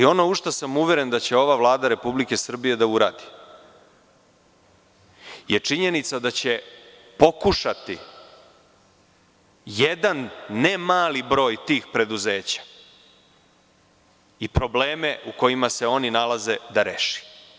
Ono u šta sam uveren da će ova Vlada Republike Srbije da uradi je činjenica da će pokušati jedan ne mali broj tih preduzeća i probleme u kojima se oni nalaze da reši.